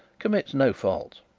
commits no fault,